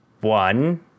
one